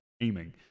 aiming